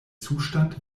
zustand